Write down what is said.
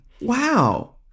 Wow